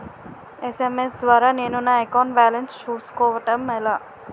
SMS ద్వారా నేను నా అకౌంట్ బాలన్స్ చూసుకోవడం ఎలా?